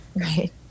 Right